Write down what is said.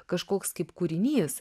kažkoks kaip kūrinys